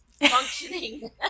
functioning